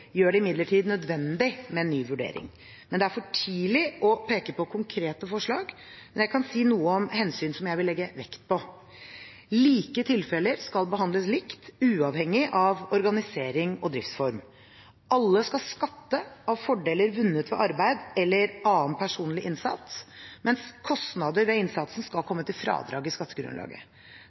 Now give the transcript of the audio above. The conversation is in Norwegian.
gjør det imidlertid nødvendig med en ny vurdering. Det er for tidlig å peke på konkrete forslag, men jeg kan si noe om hensyn som jeg vil legge vekt på. Like tilfeller skal behandles likt, uavhengig av organisering og driftsform. Alle skal skatte av fordeler vunnet ved arbeid eller annen personlig innsats, mens kostnader ved innsatsen skal komme til fradrag i skattegrunnlaget.